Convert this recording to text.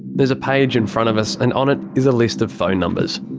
there's a page in front of us and on it is a list of phone numbers.